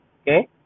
Okay